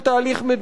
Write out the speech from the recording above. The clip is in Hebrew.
של פתיחה,